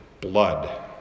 blood